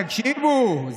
תקשיבו,